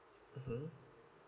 mmhmm